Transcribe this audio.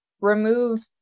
remove